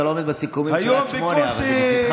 אתה לא עומד בסיכומים של עד 08:00. אבל זה מצידך,